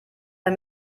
der